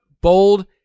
Bold